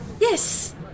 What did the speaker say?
Yes